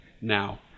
now